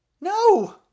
No